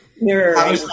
mirror